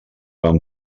van